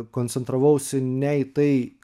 koncentravausi ne į tai